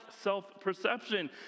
self-perception